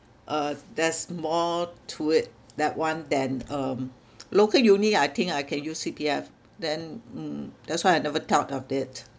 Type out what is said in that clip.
uh there's more to it that one than um local uni I think I can use C_P_F then mm that's why I never thought of it